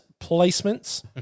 Placements